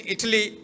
Italy